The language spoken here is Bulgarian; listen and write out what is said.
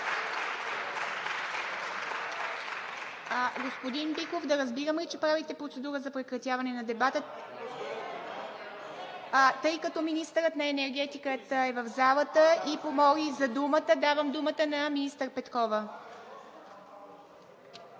Господин Биков, да разбирам ли, че правите процедура за прекратяване на дебата? Министърът на енергетиката е в залата и помоли за думата. Давам думата на министър Петкова.